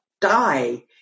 die